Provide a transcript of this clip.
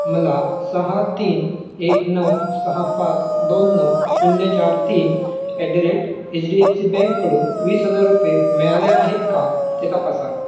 मला सहा तीन एक नऊ सहा पाच दोन नऊ शून्य चार तीन at the rate H D F C बँकडून वीस हजार रुपये मिळाले आहेत का ते तपासा